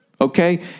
okay